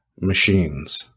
machines